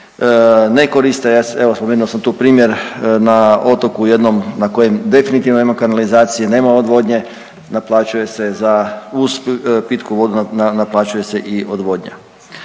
ne koriste. Evo spomenuo sam tu primjer na otoku jednom na kojem definitivno nema kanalizacije, nema odvodnje, naplaćuje se za pitku vodu naplaćuje se i odvodnja.